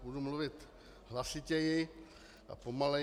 Budu mluvit hlasitěji a pomaleji.